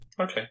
Okay